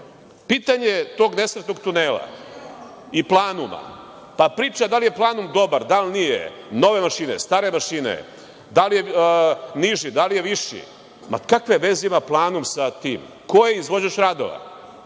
tog nesretnog tunela i „Planuma“, pa priča da li je „Planum“ dobar, da li nije, nove mašine, stare mašine, da li je niži, da li je viši. Ma, kakve veze ima „Planum“ sa tim? Ko je izvođač radova?